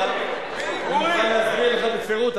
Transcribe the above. אני אוכל להסביר לך בפירוט.